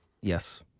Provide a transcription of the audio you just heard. Yes